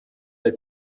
der